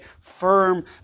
firm